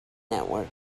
network